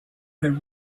her